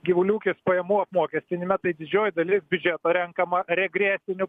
gyvulių ūkis pajamų apmokestinime tai didžioji dalis biudžeto renkama regresiniu